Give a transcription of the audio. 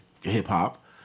hip-hop